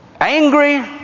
angry